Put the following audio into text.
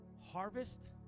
harvest